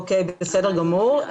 בסדר גמור.